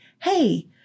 hey